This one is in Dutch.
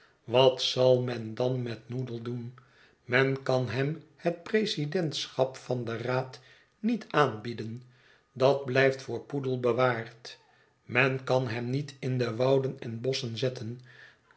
wat zal men dan met noodle doen men kan hem het presidentschap van den raad niet aanbieden dat blijft voor poodle bewaard men kan hem niet in de wouden en bosschen zetten